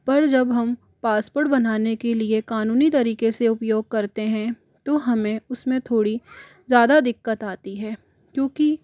पर जब हम पासपोर्ट बनाने के लिए क़ानूनी तरीके से उपयोग करते हैं तो हमें उसमें थोड़ी ज़्यादा दिक्कत आती है क्योंकि